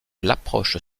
l’approche